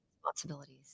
responsibilities